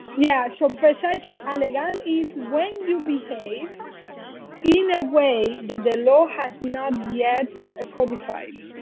yeah, so precisely. ah like um is when you behave in a way that the law has not yet ah codified.